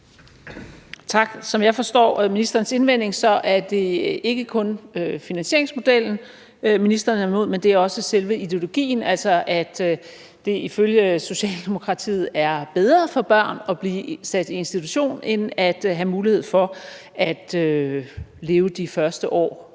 Tak. Som jeg forstår ministerens indvending, er det ikke kun finansieringsmodellen, ministeren er imod, men også selve ideologien, altså at det ifølge Socialdemokratiet er bedre for børn at blive sat i institution end at have en mulighed for at leve de første år